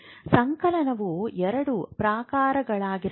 ಸಂಕಲನವು ಎರಡು ಪ್ರಕಾರಗಳಾಗಿರಬಹುದು